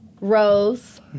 Rose